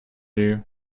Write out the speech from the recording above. you